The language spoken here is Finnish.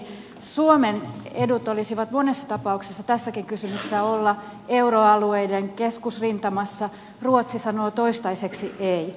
suomen etu olisi monessa tapauksessa tässäkin kysymyksessä olla euroalueiden keskusrintamassa ruotsi sanoo toistaiseksi ei